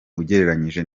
ugereranyije